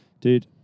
Dude